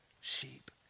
sheep